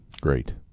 Great